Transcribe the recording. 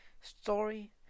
story